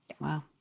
Wow